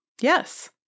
Yes